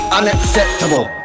unacceptable